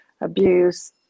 abuse